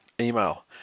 email